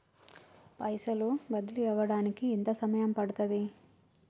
పైసలు బదిలీ అవడానికి ఎంత సమయం పడుతది?